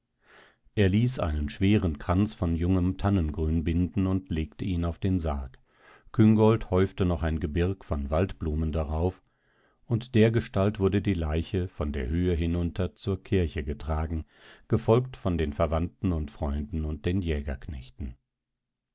er ließ einen schweren kranz von jungem tannengrün binden und legte ihn auf den sarg küngolt häufte noch ein gebirg von waldblumen darauf und dergestalt wurde die leiche von der höhe hinunter zur kirche getragen gefolgt von den verwandten und freunden und den